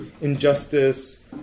injustice